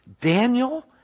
Daniel